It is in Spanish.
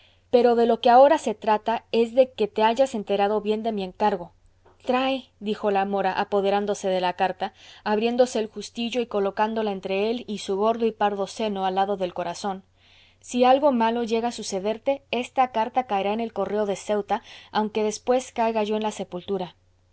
pero de lo que ahora se trata es de que te hayas enterado bien de mi encargo trae dijo la mora apoderándose de la carta abriéndose el justillo y colocándola entre él y su gordo y pardo seno al lado del corazón si algo malo llega a sucederte esta carta caerá en el correo de ceuta aunque después caiga yo en la sepultura